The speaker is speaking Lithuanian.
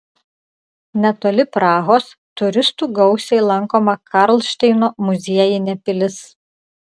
netoli prahos turistų gausiai lankoma karlšteino muziejinė pilis